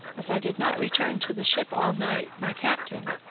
as i did not return to the ship all night, my captain,